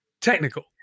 technical